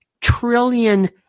trillion